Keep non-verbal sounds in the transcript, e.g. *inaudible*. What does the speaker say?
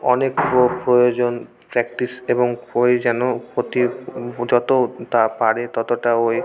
অনেক প্রয়োজন প্র্যাকটিস এবং ওই যেন *unintelligible* যতটা পারে ততটা ওই